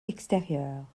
extérieurs